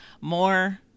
more